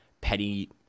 petty